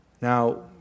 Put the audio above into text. Now